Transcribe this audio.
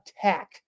attack